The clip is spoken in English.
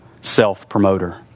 self-promoter